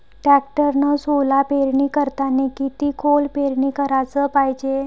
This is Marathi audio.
टॅक्टरनं सोला पेरनी करतांनी किती खोल पेरनी कराच पायजे?